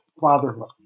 fatherhood